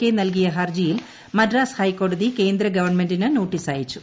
K നൽകിയ ഹർജിയിൽ മദ്രാസ് ഹൈക്കോടതി കേന്ദ്ര ഗവണ്മെന്റിന് നോട്ടീസയച്ചു